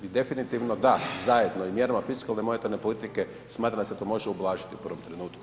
I definitivno da, zajedno i mjerama fiskalne i monetarne politike smatram da se to može ublažit u prvom trenutku.